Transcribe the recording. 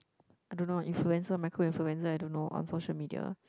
I don't know influencer micro influencer I don't know on social media